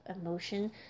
emotion